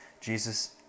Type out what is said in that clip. Jesus